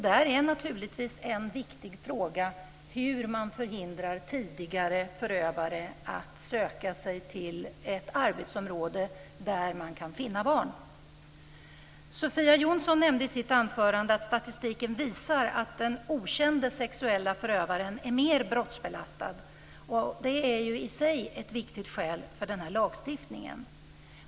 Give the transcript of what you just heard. Där är naturligtvis en viktig fråga hur man förhindrar tidigare förövare att söka sig till ett arbetsområde där man kan finna barn. Sofia Jonsson nämnde tidigare i sitt anförande att statistiken visar att den okände sexuella förövaren är mer brottsbelastad, och det är ju i sig ett viktigt skäl för denna lagstiftning.